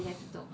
okay